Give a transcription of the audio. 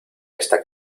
esta